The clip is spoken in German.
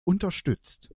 unterstützt